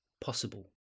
possible